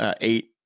eight